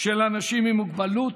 של אנשים עם מוגבלות: